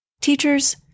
Teachers